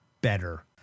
better